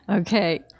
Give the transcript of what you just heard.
Okay